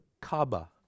Kaaba